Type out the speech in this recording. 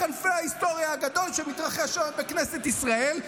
כנפי ההיסטוריה הגדול שמתרחש היום בכנסת ישראל.